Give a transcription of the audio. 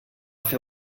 fer